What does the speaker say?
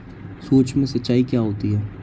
सुक्ष्म सिंचाई क्या होती है?